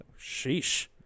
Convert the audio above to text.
Sheesh